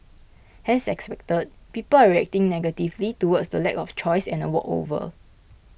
as expected people are reacting negatively towards the lack of choice and a walkover